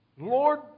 Lord